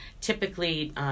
typically